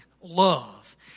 love